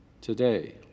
today